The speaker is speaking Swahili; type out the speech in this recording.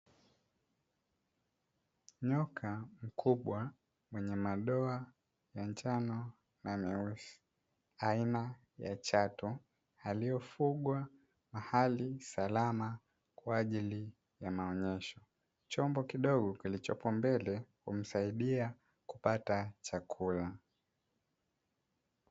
Nyoka mkubwa mwenye madoa ya njano na meusi aina ya chatu, aliyefugwa mahali salama kwa ajili ya maonyesho. Chombo kidogo kilichopo mbele humsaidia kupata chakula.